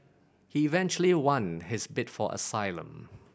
he eventually won his bid for asylum